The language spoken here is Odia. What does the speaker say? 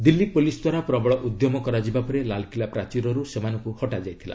ଦିଲ୍ଲୀ ପୁଲିସ୍ଦ୍ୱାରା ପ୍ରବଳ ଉଦ୍ୟମ କରାଯିବା ପରେ ଲାଲ୍କିଲ୍ଲା ପ୍ରାଚୀରରୁ ସେମାନଙ୍କୁ ହଟାଯାଇଥିଲା